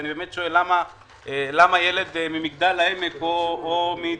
אני באמת שואל למה ילד ממגדל העמק או מדימונה,